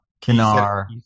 Kinar